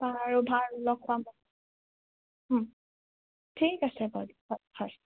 বাৰু বাৰু লগ পাম ঠিক আছে বাৰু হয় হয়